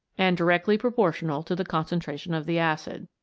and directly proportional to the concentration of the acid.